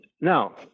Now